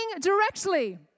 directly